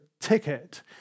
ticket